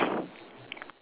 yes